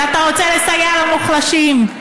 שאתה רוצה לסייע למוחלשים.